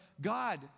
God